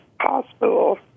hospital